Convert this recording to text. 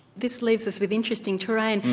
this leaves us with interesting terrain.